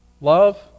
Love